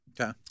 Okay